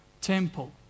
temple